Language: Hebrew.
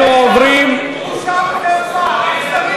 בושה וחרפה.